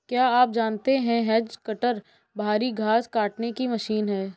क्या आप जानते है हैज कटर भारी घांस काटने की मशीन है